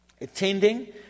attending